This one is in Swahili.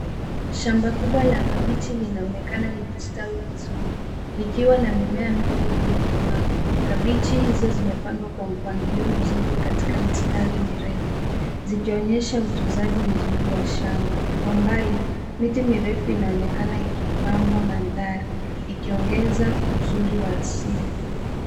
Shamba kubwa la kabichi linaonekana likistawi vizuri likiwa na mimea mingi iliyokomaa. Kabichi hizo zimepangwa kwa mpangilio mzuri katika mistari mirefu zikionyesha utunzaji mzuri wa shamba. Kwa mbali, miti mirefu inaonekana ikipamba mandhari ikiongeza uzuri wa asili.